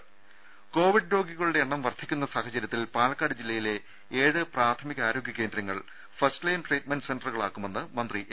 രുമ കോവിഡ് രോഗികളുടെ എണ്ണം വർദ്ധിക്കുന്ന സാഹചര്യത്തിൽ പാലക്കാട് ജില്ലയിലെ ഏഴ് പ്രാഥമിക ആരോഗ്യ കേന്ദ്രങ്ങൾ ഫസ്റ്റ് ലൈൻ ട്രീറ്റ്മെന്റ് സെന്ററുകൾ ആക്കുമെന്ന് മന്ത്രി എ